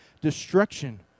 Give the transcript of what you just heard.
destruction